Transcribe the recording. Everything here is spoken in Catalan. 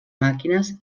màquines